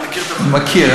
מכיר.